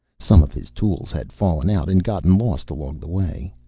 some of his tools had fallen out and gotten lost along the way.